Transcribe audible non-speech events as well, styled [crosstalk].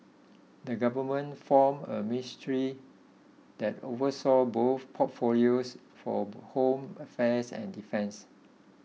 the government form a ministry that oversaw both portfolios for [unintelligible] home affairs and defence